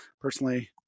Personally